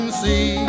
see